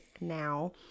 Now